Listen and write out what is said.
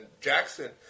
Jackson